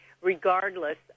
Regardless